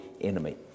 enemy